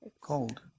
Cold